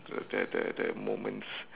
the the the the moments